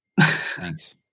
Thanks